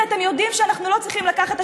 כי אתם יודעים שאנחנו לא צריכים לקחת את